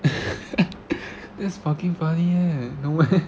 this fucking funny eh no meh